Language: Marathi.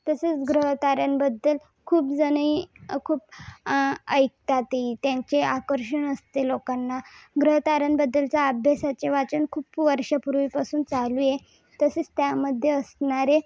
तसेच ग्रहताऱ्यांबद्दल खूप जणी खूप ऐकतातही त्यांचे आकर्षण असते लोकांना ग्रहताऱ्यांबद्दलचा अभ्यासाचे वाचन खूप वर्षापूर्वीपासून चालू आहे तसेच त्यामध्ये असणारे